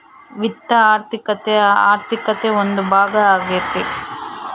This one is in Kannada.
ವಿತ್ತ ಆರ್ಥಿಕತೆ ಆರ್ಥಿಕತೆ ಒಂದು ಭಾಗ ಆಗ್ಯತೆ